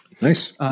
Nice